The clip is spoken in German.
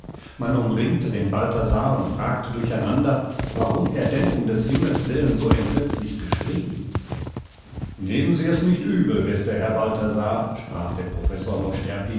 man umringte den balthasar und fragte durcheinander warum er denn um des himmels willen so entsetzlich geschrieen nehmen sie es nicht übel bester herr balthasar sprach der professor